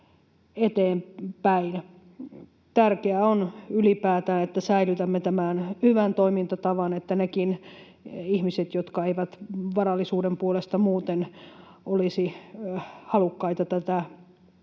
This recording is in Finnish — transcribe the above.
Tärkeää on ylipäätään, että säilytämme tämän hyvän toimintatavan, että nekin ihmiset, jotka eivät varallisuuden puolesta muuten olisi halukkaita tätä